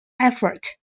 effort